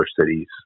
cities